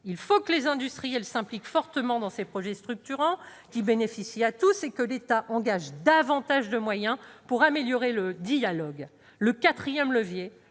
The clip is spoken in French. Il faut que les industriels s'impliquent fortement dans ces projets structurants, qui bénéficient à tous, et que l'État engage plus de moyens pour améliorer le dialogue. Le quatrième levier,